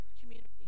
community